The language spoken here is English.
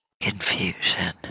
confusion